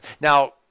Now